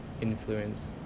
influence